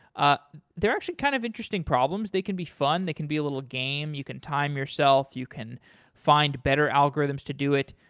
ah they're actually kind of interesting problems. they can be fun. they can be little game. you can time yourself. you can find better algorithms to do it.